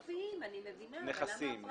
אז ענייניו הכספיים, אני מבינה, אבל למה הפרטיים?